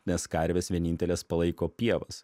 nes karvės vienintelės palaiko pievas